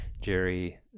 Jerry